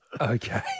Okay